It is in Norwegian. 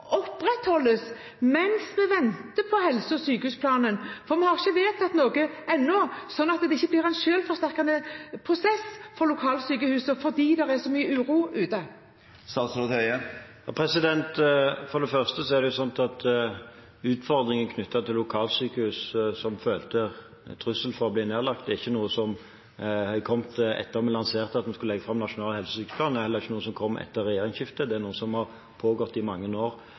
sykehusplanen – vi har ikke vedtatt noe ennå – slik at det ikke blir en selvforsterkende prosess for lokalsykehusene fordi det er så mye uro ute? For det første er det sånn at utfordringen knyttet til lokalsykehus som føler en trussel for å bli nedlagt, ikke er noe som er kommet etter at vi lanserte at vi skal legge fram en nasjonal helse- og sykehusplan. Det er heller ikke noe som har kommet etter regjeringsskiftet. Det er noe som har pågått i mange år,